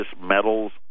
metals